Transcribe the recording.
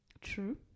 True